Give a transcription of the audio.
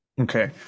Okay